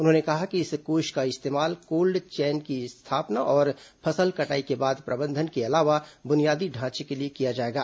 उन्होंने कहा कि इस कोष का इस्तेमाल कोल्ड चेन की स्थापना और फसल कटाई के बाद प्रबंधन के अलावा बुनियादी ढांचे के लिए किया जाएगा